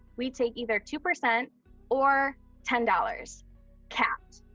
we take either two percent or ten dollars capped.